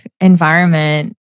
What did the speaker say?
environment